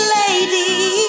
lady